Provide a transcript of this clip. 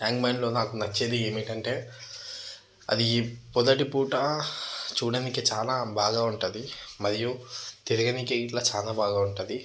tank బండ్లో నాకు నచ్చేది ఏమిటంటే అది పొదటి పూట చూడనీకి చానా బాగా ఉంటుంది మరియు తిరగనీకి గిట్ల చాలా బాగా ఉంటుంది